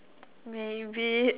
maybe